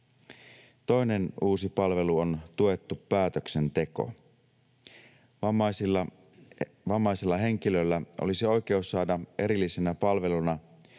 Toinen uusi palvelu on tuettu päätöksenteko. Vammaisella henkilöllä olisi oikeus saada erillisenä palveluna